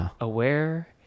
aware